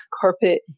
carpet